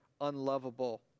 unlovable